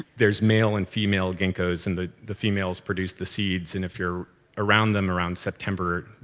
there's male and female ginkgos, and the the females produce the seeds. and if you're around them, around september,